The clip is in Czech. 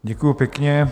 Děkuji pěkně.